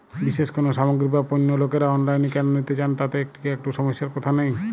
বিশেষ কোনো সামগ্রী বা পণ্য লোকেরা অনলাইনে কেন নিতে চান তাতে কি একটুও সমস্যার কথা নেই?